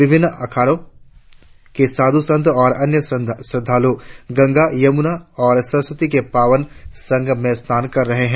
विभिन्न अखाड़ो के साधु संत और अन्य श्रद्धालु गंगा यमुना और सरस्वती के पावन संगम में स्नान कर रहै हैं